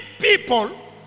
people